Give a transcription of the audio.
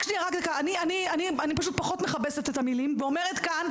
אני פחות מכבסת את המילים ואומרת כאן,